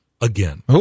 again